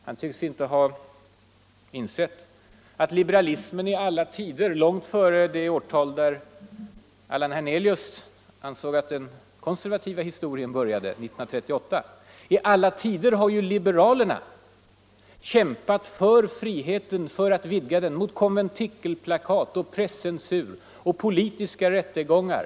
Han tycks inte ha insett att liberalismen och liberalerna i alla tider — långt före det årtal då Allan Hernelius ansåg att den kon servativa historien om friheten började, nämligen 1938 — har kämpat för yttrandefrihet, kämpat för att vidga den, mot konventikelplakat, presscensur och politiska rättegångar.